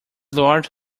lord